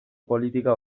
politika